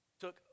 took